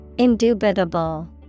Indubitable